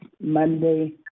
Monday